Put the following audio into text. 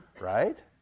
right